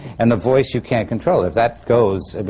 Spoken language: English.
and the voice, you can't control it. that goes,